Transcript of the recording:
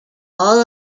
all